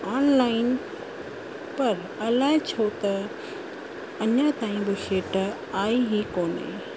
online पर अलाए छो त अञा ताईं बुशेट आई ही कोने